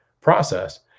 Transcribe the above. process